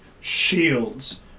Shields